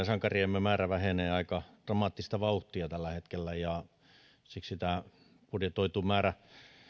sankariemme määrä vähenee aika dramaattista vauhtia tällä hetkellä siksi tämä budjetoitu määrä